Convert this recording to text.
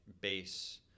base